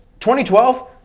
2012